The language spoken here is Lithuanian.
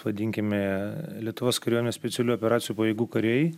vadinkime lietuvos kariuomenės specialių operacijų pajėgų kariai